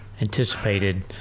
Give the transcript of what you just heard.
anticipated